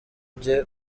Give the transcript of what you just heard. bye